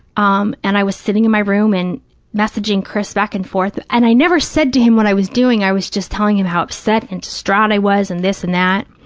um and i was sitting in my room and messaging chris back and forth. and i never said to him what i was doing. i was just telling him how upset and distraught i was and this and that.